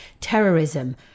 terrorism